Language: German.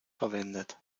verwendet